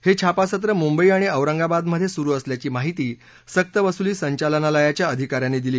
हे छापासत्र मुंबई आणि औरंगाबादमध्ये सुरु असल्याची माहिती सक्तवसुली संचालनालयाच्या अधिका यांनी दिली